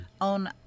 on